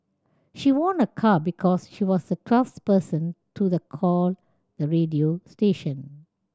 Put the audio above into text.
she won a car because she was the twelfth person to the call the radio station